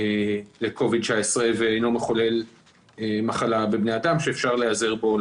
לקוביד 19 ואינו מחולל מחלה בבני דם שאפשר להיעזר בו.